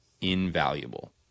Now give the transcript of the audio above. invaluable